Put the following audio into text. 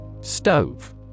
Stove